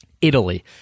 Italy